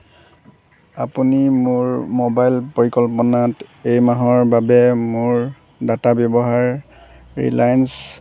আপুনি মোৰ ম'বাইল পৰিকল্পনাত এই মাহৰ বাবে মোৰ ডাটা ব্যৱহাৰ ৰিলায়েন্স